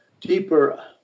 deeper